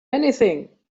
anything